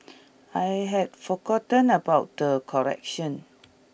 I had forgotten about the collection